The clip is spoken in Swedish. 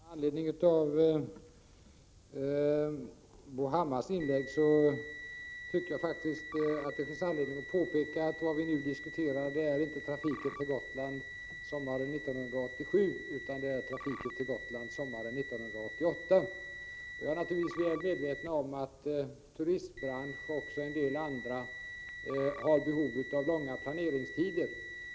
Herr talman! Med anledning av Bo Hammars inlägg tycker jag faktiskt att det finns anledning att påpeka att vad vi nu diskuterar är inte trafiken till Gotland sommaren 1987 utan trafiken till Gotland sommaren 1988. Vi är naturligtvis väl medvetna om att turistbranschen och en del andra har behov av långa planeringstider.